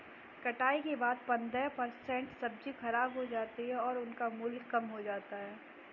कटाई के बाद पंद्रह परसेंट सब्जी खराब हो जाती है और उनका मूल्य कम हो जाता है